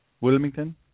Wilmington